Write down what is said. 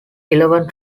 eleven